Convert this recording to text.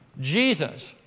Jesus